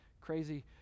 crazy